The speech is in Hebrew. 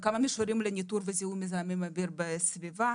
לניטור וזיהוי מזהמי אוויר בסביבה,